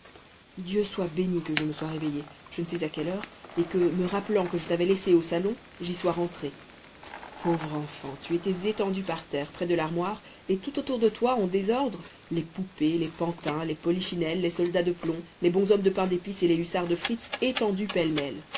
dieu soit béni que je me sois réveillée je ne sais à quelle heure et que me rappelant que je t'avais laissée au salon j'y sois rentrée pauvre enfant tu étais étendue par terre près de l'armoire et tout autour de toi en désordre les poupées les pantins les polichinelles les soldats de plomb les bonshommes de pain d'épice et les hussards de fritz étendus pêle méle